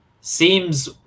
seems